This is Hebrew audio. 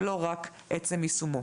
ולא רק עצם יישומו.